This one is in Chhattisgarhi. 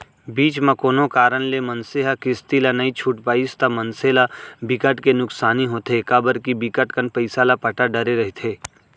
बीच म कोनो कारन ले मनसे ह किस्ती ला नइ छूट पाइस ता मनसे ल बिकट के नुकसानी होथे काबर के बिकट कन पइसा ल पटा डरे रहिथे